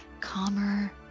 calmer